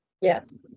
Yes